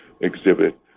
exhibit